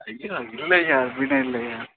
ஐயா இல்லைய்யா அப்படிலாம் இல்லைய்யா